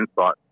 insight